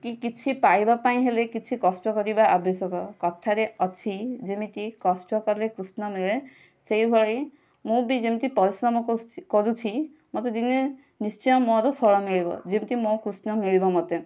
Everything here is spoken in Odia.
କି କିଛି ପାଇବାପାଇଁ ହେଲେ କିଛି କଷ୍ଟ କରିବା ଆବଶ୍ୟକ କଥାରେ ଅଛି ଯେମିତି କଷ୍ଟ କଲେ କୃଷ୍ଣ ମିଳେ ସେହିଭଳି ମୁଁ ବି ଯେମିତି ପରିଶ୍ରମ କରୁଛି କରୁଛି ମୋତେ ଦିନେ ନିଶ୍ଚୟ ମୋର ଫଳ ମିଳିବ ଯେମିତି ମୋ କୃଷ୍ଣ ମିଳିବ ମୋତେ